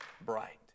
bright